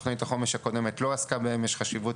תכנית החומש הקודמת לא עסקה בהם ויש חשיבות